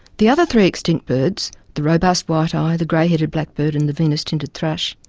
the other three extinct birds, the robust white-eye, the grey-headed blackbird and the vinous-tinted thrush,